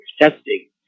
testing